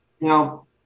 now